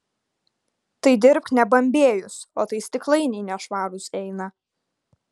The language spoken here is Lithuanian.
tai dirbk nebambėjus o tai stiklainiai nešvarūs eina